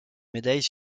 médailles